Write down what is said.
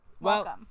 Welcome